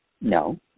No